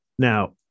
Now